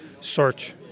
search